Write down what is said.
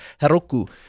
Heroku